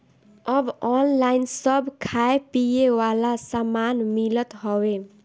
अब ऑनलाइन सब खाए पिए वाला सामान मिलत हवे